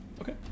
Okay